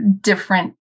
different